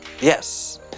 yes